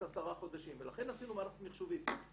עשרה חודשים ולכן עשינו מערכת מיחשובית,